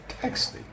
texting